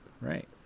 Right